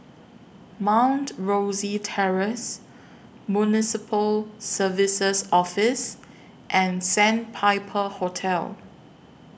Mount Rosie Terrace Municipal Services Office and Sandpiper Hotel